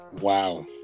Wow